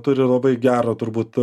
turi labai gerą turbūt